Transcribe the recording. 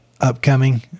upcoming